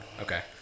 Okay